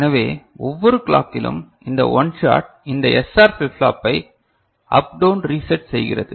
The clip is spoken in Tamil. எனவே ஒவ்வொரு கிலாக்கிலும் இந்த ஒன் ஷாட் இந்த எஸ்ஆர் ஃபிளிப் ஃப்ளாப்பை அப்டவுன் ரீசேட் செய்கிறது